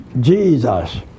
jesus